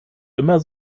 immer